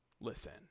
listen